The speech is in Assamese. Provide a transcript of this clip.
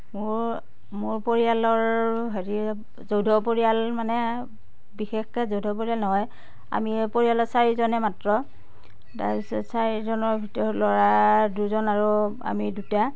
মোৰ মোৰ পৰিয়ালৰ হেৰি যৌথ পৰিয়াল মানে বিশেষকৈ যৌথ পৰিয়াল নহয় আমি পৰিয়ালৰ চাৰিজনে মাত্ৰ তাৰপিছত চাৰিজনৰ ভিতৰত ল'ৰা দুজন আৰু আমি দুটা